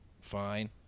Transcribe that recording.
fine